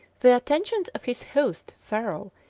the attentions of his host, ferrol,